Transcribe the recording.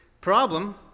problem